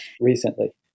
recently